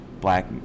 black